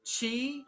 Chi